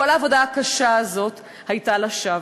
כל העבודה הקשה הזאת הייתה לשווא.